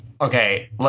Okay